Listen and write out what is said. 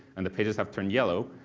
and the pages have turned yellow,